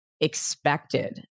expected